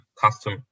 custom